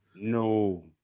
No